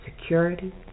security